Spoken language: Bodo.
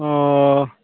अ